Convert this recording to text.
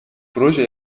proje